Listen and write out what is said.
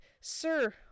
Sir